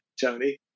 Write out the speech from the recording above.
Tony